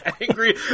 angry